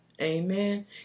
Amen